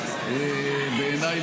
בעיניי,